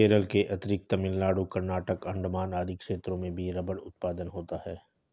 केरल के अतिरिक्त तमिलनाडु, कर्नाटक, अण्डमान आदि क्षेत्रों में भी रबर उत्पादन होता है